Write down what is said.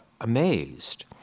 amazed